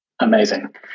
Amazing